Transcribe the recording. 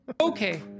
Okay